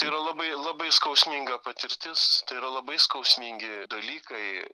tai yra labai labai skausminga patirtis tai yra labai skausmingi dalykai